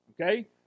Okay